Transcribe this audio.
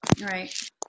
right